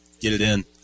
get-it-in